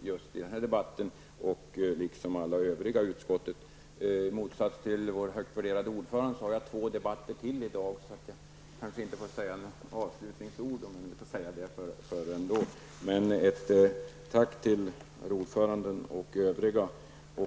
just denna debatt, liksom för alla de övriga utskottsledamöterna. I motsats till vår högt värderade ordförande har jag ytterligare två debatter i dag, varför jag kanske inte bör säga några avslutningsord förrän senare. Men redan nu: Ett tack till herr ordföranden och övriga ledamöter.